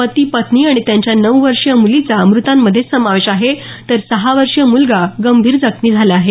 पती पत्नी आणि त्यांच्या नऊ वर्षीय मुलीचा मुतांमध्ये समावेश आहे तर सहा वर्षीय मुलगा गंभीर जखमी झाला आहे